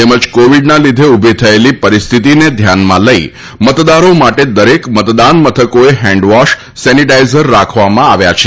તેમજ કોવિડના લીઘે ઊભી થયેલી પરિસ્થિતિને ધ્યાનમાં લઈ મતદારો માટે દરેક મતદાન મથકોએ હેન્ડવોશ સેનીટાઇઝર રાખવામાં આવ્યા છે